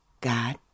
God